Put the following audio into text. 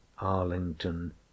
Arlington